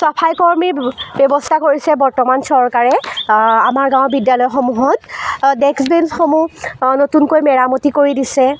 চাফাই কৰ্মীৰ ব্যৱস্থা কৰিছে বৰ্তমান চৰকাৰে আমাৰ গাঁৱৰ বিদ্যালয়সমূহত ডেস্ক বেঞ্চসমূহ নতুনকৈ মেৰামতি কৰি দিছে